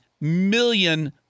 million